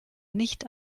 nicht